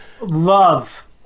Love